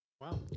Wow